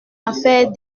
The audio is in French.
affaire